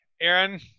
Aaron